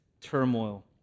turmoil